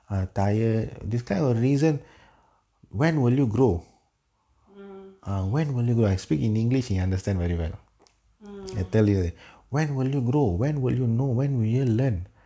mm